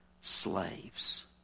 slaves